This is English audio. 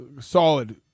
solid